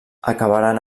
acabaren